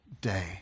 day